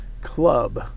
club